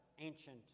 ancient